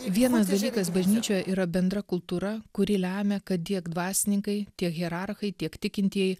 vienas dalykas bažnyčioje yra bendra kultūra kuri lemia kad tiek dvasininkai tiek hierarchai tiek tikintieji